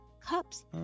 cups